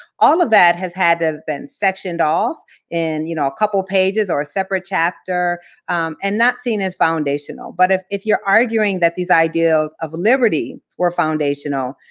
all of that has had ah been sectioned off in you know a couple pages or a separate chapter and not seen as foundational. but if if you're arguing that these ideals of liberty were foundational,